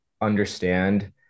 understand